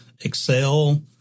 Excel